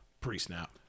pre-snap